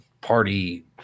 party